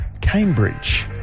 Cambridge